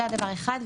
זה דבר אחד.